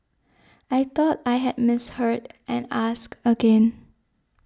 I thought I had misheard and asked again